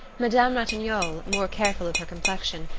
madame ratignolle, more careful of her complexion,